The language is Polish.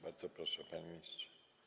Bardzo proszę, panie ministrze.